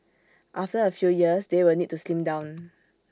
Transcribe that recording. after A few years they will need to slim down